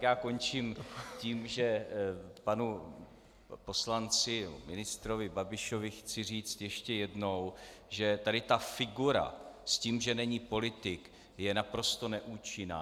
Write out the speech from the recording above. Já končím tím, že panu poslanci, ministrovi Babišovi chci říct ještě jednou, že tady ta figura s tím, že není politik, je naprosto neúčinná.